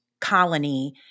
colony